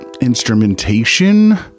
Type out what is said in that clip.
instrumentation